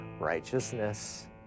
righteousness